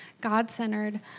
God-centered